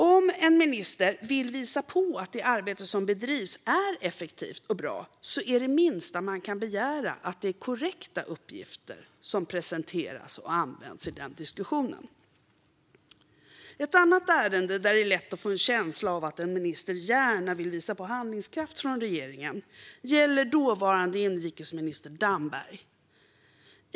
Om en minister vill visa på att det arbete som bedrivs är effektivt och bra är det minsta man kan begära att det är korrekta uppgifter som presenteras och används i diskussionen. Ett annat ärende där det är lätt att få en känsla av att ministern gärna vill visa på handlingskraft från regeringen gäller dåvarande inrikesminister Damberg.